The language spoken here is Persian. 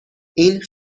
این